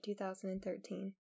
2013